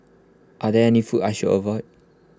are there any foods I should avoid